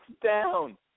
down